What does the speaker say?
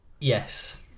Yes